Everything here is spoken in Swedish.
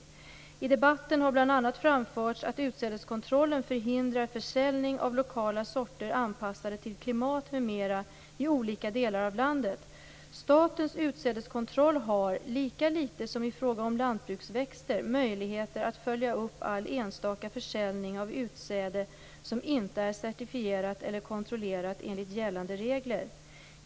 I debatten har bl a framförts att Utsädeskontrollen förhindrar försäljning av lokala sorter anpassade till klimat, m m i olika delar av landet. SUK har, lika lite som i fråga om lantbruksväxter, möjligheter att följa upp all enstaka försäljning av utsäde som inte är certifierat eller kontrollerat enligt gällande regler.